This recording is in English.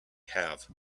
have